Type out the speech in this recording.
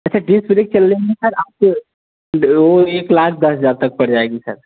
अच्छा disc brake चल जाएँगे सर आप ओ एक लाख दस हजार तक पर जाएगी सर